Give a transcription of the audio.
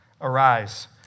Arise